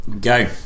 Go